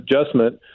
adjustment